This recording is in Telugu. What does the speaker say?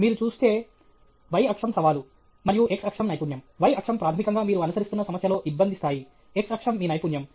మీరు చూస్తే y అక్షం సవాలు మరియు x అక్షం నైపుణ్యం y అక్షం ప్రాథమికంగా మీరు అనుసరిస్తున్న సమస్యలో ఇబ్బంది స్థాయి x అక్షం మీ నైపుణ్యం